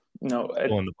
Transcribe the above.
No